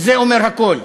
וזה אומר הכול.